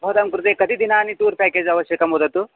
भवतां कृते कति दिनानि टूर् पेकेज् आवश्यकं वदतु